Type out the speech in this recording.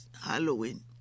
halloween